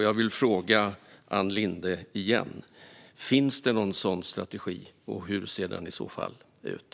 Jag vill fråga Ann Linde igen: Finns det någon sådan strategi, och hur ser den i så fall ut?